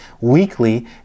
weekly